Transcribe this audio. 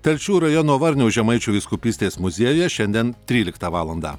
telšių rajono varnių žemaičių vyskupystės muziejuje šiandien tryliktą valandą